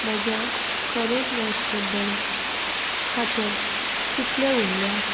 म्हज्या करूर वैश्य बँक खात्यांत कितले उरल्या